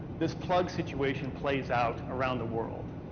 this plug situation plays out around the world.